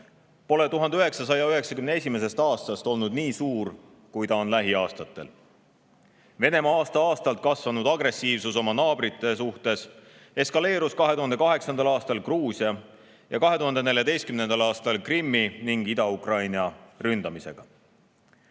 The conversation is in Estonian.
pole 1991. aastast olnud nii suur, kui ta on lähiaastatel. Venemaa aasta-aastalt kasvanud agressiivsus oma naabrite suhtes eskaleerus 2008. aastal Gruusia ning 2014. aastal Krimmi ja Ida-Ukraina ründamisega.